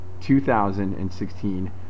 2016